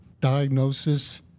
diagnosis